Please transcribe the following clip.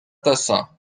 tesa